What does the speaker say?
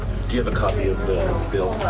do you have a copy of the bill?